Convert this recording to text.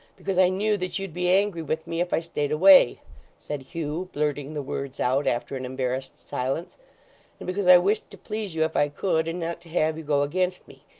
because i knew that you'd be angry with me if i stayed away said hugh, blurting the words out, after an embarrassed silence and because i wished to please you if i could, and not to have you go against me.